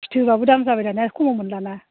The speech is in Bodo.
फिथोबआबो दाम जाबाय दाना खमाव मोनला ना